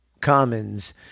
Commons